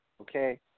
Okay